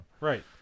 Right